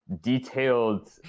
detailed